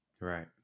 Right